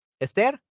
Esther